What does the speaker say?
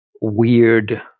weird